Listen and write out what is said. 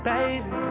Baby